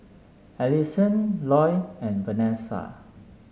Alyson Loy and Vanessa